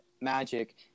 Magic